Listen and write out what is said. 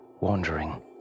wandering